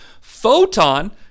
photon